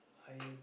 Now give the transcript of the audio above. I